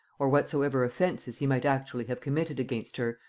or whatsoever offences he might actually have committed against her,